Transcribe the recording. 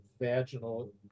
vaginal